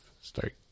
start